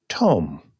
Tom